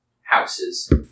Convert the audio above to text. houses